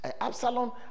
Absalom